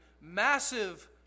massive